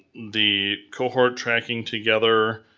the cohort tracking together,